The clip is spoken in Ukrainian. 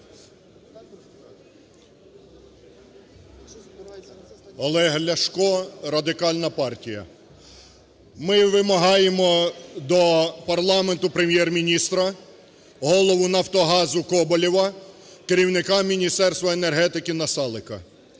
Олег Ляшко, Радикальна партія. Ми вимагаємо до парламенту Прем'єр-міністра, голову "Нафтогазу" Коболєва, керівника Міністерства енергетики Насалика.